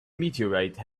meteorite